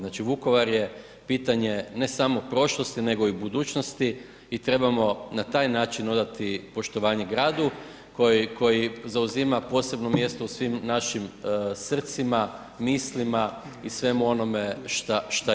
Znači Vukovar je pitanje ne samo prošlosti nego i budućnosti i trebamo na taj način odati poštovanje gradu koji zauzima posebno mjesto u svim našim srcima, mislima i svemu onome što je.